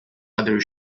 other